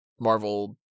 Marvel